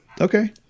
Okay